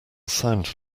sound